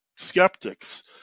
skeptics